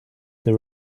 the